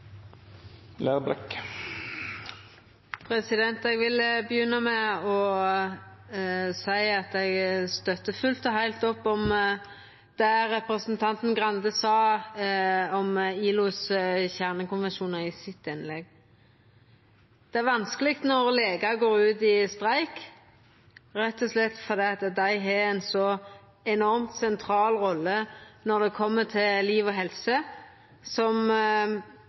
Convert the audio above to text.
Eg vil begynna med å seia at eg støttar fullt og heilt opp om det representanten Grande sa om ILOs kjernekonvensjonar i sitt innlegg. Det er vanskeleg når legar går ut i streik, rett og slett fordi dei har ei så enormt sentral rolle når det gjeld liv og helse. Som